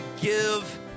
give